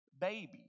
baby